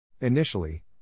Initially